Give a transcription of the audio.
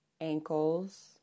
ankles